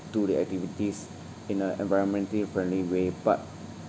do the activities in a environmentally friendly way but